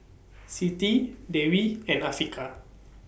Siti Dewi and Afiqah